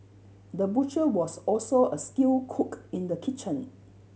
the butcher was also a skilled cook in the kitchen